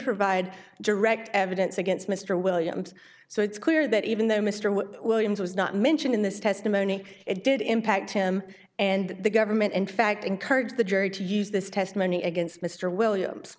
provide direct evidence against mr williams so it's clear that even though mr wood williams was not mentioned in this testimony it did impact him and the government in fact encouraged the jury to use this testimony against mr williams